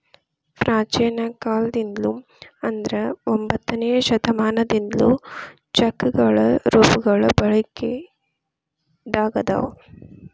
ಪ್ರಾಚೇನ ಕಾಲದಿಂದ್ಲು ಅಂದ್ರ ಒಂಬತ್ತನೆ ಶತಮಾನದಿಂದ್ಲು ಚೆಕ್ಗಳ ರೂಪಗಳು ಬಳಕೆದಾಗ ಅದಾವ